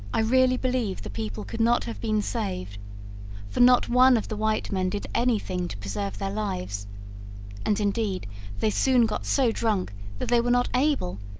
i really believe the people could not have been saved for not one of the white men did any thing to preserve their lives and indeed they soon got so drunk that they were not able,